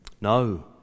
No